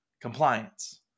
compliance